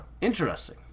interesting